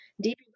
deep